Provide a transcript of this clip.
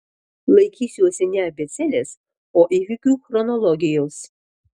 laikysiuosi ne abėcėlės o įvykių chronologijos